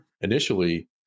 initially